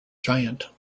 giant